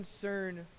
concern